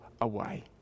away